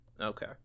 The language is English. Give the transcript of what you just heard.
Okay